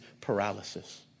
paralysis